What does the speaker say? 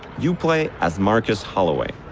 you play as marcus holloway,